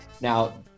Now